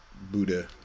Buddha